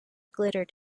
glittered